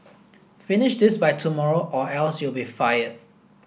finish this by tomorrow or else you'll be fired